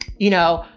you know,